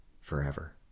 forever